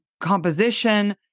composition